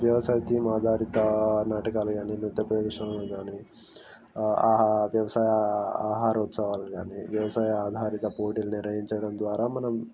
వ్యవసాయ తీం ఆధారిత నాటకాలు కానీ నృత్య ప్రదర్శనలు కానీ వ్యవసాయ ఆహార ఉత్సవాలు కానీ వ్యవసాయ ఆధారిత పోటీలను నిర్వహించడం ద్వారా మనం